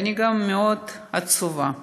ואני גם מאוד עצובה,